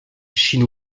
shin